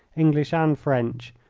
english and french,